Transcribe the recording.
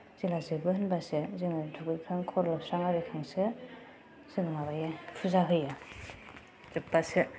जेला जोबो होनब्लासो जोङो दुगैखां खर' लोबस्रां आरिखांसो जोङो माबायो फुजा होयो जोब्बासो